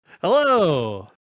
Hello